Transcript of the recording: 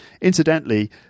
Incidentally